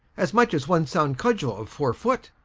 as much as one sound cudgell of foure foote,